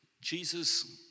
Jesus